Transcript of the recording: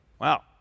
Wow